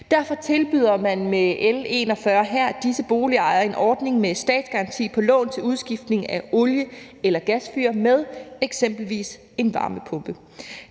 Derfor tilbyder man med L 41 her disse boligejere en ordning med statsgaranti på lån til udskiftning af olie- eller gasfyr med eksempelvis en varmepumpe.